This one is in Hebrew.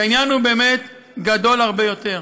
העניין הוא באמת גדול הרבה יותר,